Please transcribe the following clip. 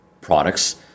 products